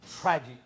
tragic